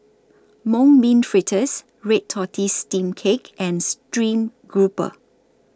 Mung Bean Fritters Red Tortoise Steamed Cake and Stream Grouper